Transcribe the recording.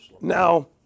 Now